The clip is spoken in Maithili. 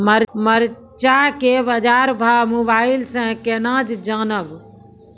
मरचा के बाजार भाव मोबाइल से कैनाज जान ब?